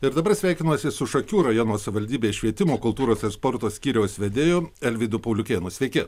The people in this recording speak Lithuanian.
ir dabar sveikinuosi su šakių rajono savivaldybės švietimo kultūros ir sporto skyriaus vedėju alvydu pauliukėnu sveiki